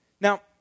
Now